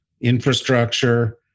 infrastructure